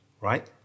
right